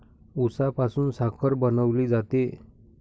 उसापासून साखर बनवली जाते